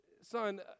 son